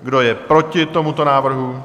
Kdo je proti tomuto návrhu?